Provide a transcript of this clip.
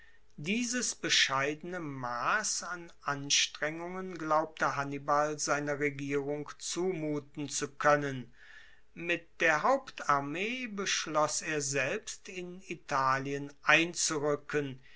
dieses bescheidene mass von anstrengungen glaubte hannibal seiner regierung zumuten zu koennen mit der hauptarmee beschloss er selbst in italien einzuruecken